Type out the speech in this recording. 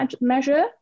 measure